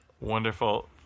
Wonderful